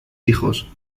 hijos